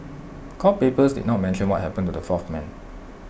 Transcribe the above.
court papers did not mention what happened to the fourth man